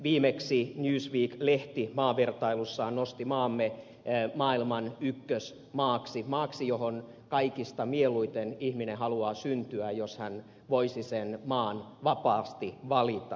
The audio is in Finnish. viimeksi newsweek lehti maavertailussaan nosti maamme maailman ykkösmaaksi maaksi johon kaikista mieluiten ihminen haluaa syntyä jos hän voisi sen maan vapaasti valita